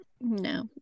No